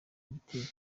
igitero